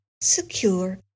secure